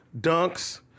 Dunks